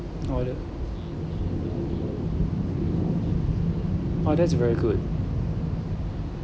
!wah! that's very good